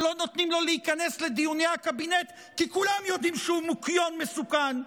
לא נותנים לו להיכנס לדיוני הקבינט כי כולם יודעים שהוא מוקיון מסוכן,